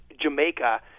Jamaica